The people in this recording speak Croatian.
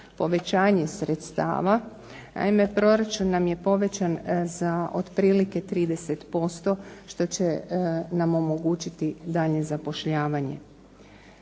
povećanje sredstava. Naime, proračun nam je povećan za otprilike 30% što će nam omogućiti daljnje zapošljavanje.